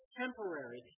temporary